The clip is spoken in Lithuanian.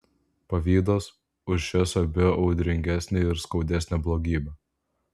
pavydas už šias abi audringesnė ir skaudesnė blogybė